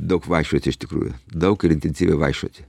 daug vaikščioti iš tikrųjų daug ir intensyviai vaikščioti